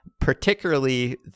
Particularly